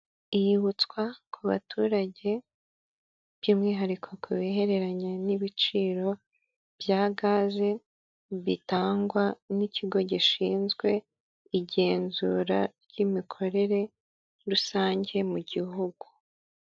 Iyibutswa ku baturage, by'umwihariko ku bihereranye n'ibiciro, bya gaze, bitangwa n'ikigo gishinzwe, igenzura ry imikorere rusange mu gihugu.